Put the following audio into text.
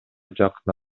жакын